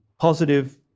positive